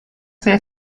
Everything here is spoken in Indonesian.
saya